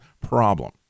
problem